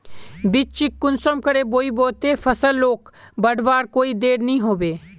बिच्चिक कुंसम करे बोई बो ते फसल लोक बढ़वार कोई देर नी होबे?